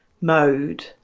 mode